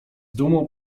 dumą